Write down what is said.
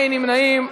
אין נמנעים.